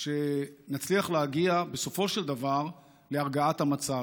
שנצליח להגיע, בסופו של דבר, להרגעת המצב.